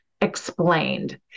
Explained